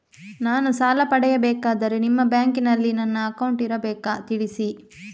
ನಾನು ಸಾಲ ಪಡೆಯಬೇಕಾದರೆ ನಿಮ್ಮ ಬ್ಯಾಂಕಿನಲ್ಲಿ ನನ್ನ ಅಕೌಂಟ್ ಇರಬೇಕಾ ತಿಳಿಸಿ?